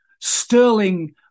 sterling